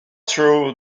true